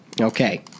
Okay